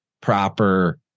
proper